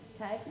Okay